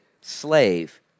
slave